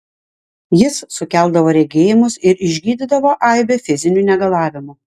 jis sukeldavo regėjimus ir išgydydavo aibę fizinių negalavimų